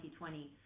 2020